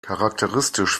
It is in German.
charakteristisch